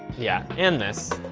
yeah. and this.